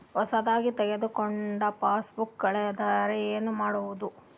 ಹೊಸದಾಗಿ ತೆಗೆದುಕೊಂಡ ಪಾಸ್ಬುಕ್ ಕಳೆದರೆ ಏನು ಮಾಡೋದು?